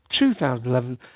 2011